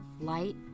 light